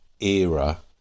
era